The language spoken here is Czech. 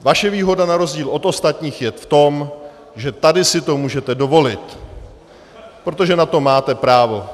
Vaše výhoda na rozdíl od ostatních je v tom, že tady si to můžete dovolit, protože na to máte právo.